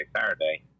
Saturday